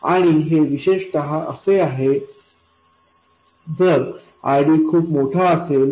आणि हे विशेषतः असे आहे जर RD खूप मोठा असेल